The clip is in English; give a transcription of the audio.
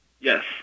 Yes